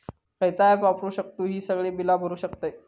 खयचा ऍप वापरू शकतू ही सगळी बीला भरु शकतय?